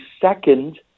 second